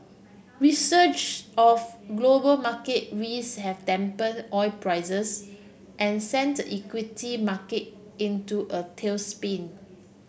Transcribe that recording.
of global market risks have dampen oil prices and sent the equity market into a tailspin